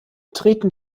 treten